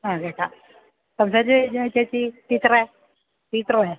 ആ കേൾക്കാം സംസാരിച്ചു കഴിഞ്ഞോ ചേച്ചി ടീച്ചറെ ടീച്ചറെ